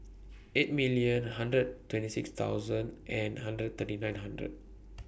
eight million hundred twenty six thousand and hundred thirty nine hundred